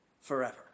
forever